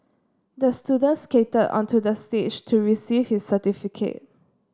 the student skated onto the stage to receive his certificate